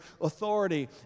authority